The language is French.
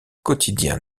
quotidien